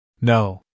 No